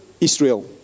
Israel